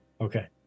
Okay